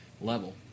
level